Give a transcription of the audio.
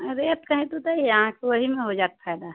rate कहि तऽ देली अहाँकेँ ओहिमे हो जाइत फायदा